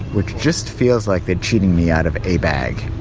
which just feels like they're cheating me out of a bag,